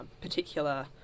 particular